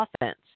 offense